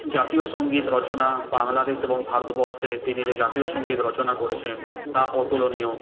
জাতীয় সঙ্গীত রচনা বাংলাদেশ এবং ভারতবর্ষে তিনি যে জাতীয় সঙ্গীত রচনা করেছেন তা অতুলনীয়